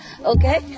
Okay